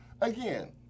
again